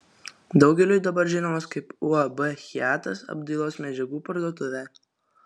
daugeliui dabar žinomas kaip uab hiatas apdailos medžiagų parduotuvė